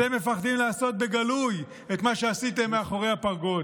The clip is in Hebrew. אתם מפחדים לעשות בגלוי את מה שעשיתם מאחורי הפרגוד.